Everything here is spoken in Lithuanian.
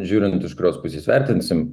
žiūrint iš kurios pusės vertinsim